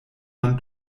man